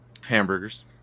Hamburgers